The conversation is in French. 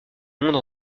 monde